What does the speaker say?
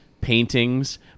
paintings